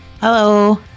Hello